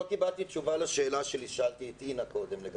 לא קיבלתי תשובה לשאלה ששאלתי את אינה קודם.